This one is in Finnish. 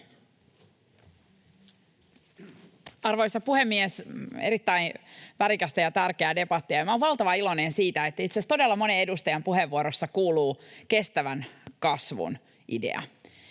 Arvoisa puhemies! Erittäin värikästä ja tärkeää debattia, ja minä olen valtavan iloinen siitä, että itse asiassa todella monen edustajan puheenvuorossa kuuluu kestävän kasvun idea.